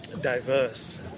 diverse